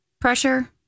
pressure